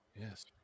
Yes